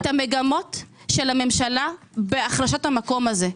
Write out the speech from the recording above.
את המגמות של הממשלה בהחלשת המקום הזה.